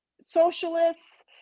socialists